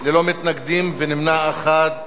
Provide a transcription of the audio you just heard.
ללא מתנגדים ונמנע אחד,